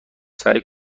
سعی